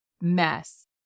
mess